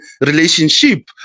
relationship